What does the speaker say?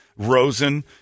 Rosen